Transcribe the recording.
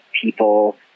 people